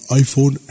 iPhone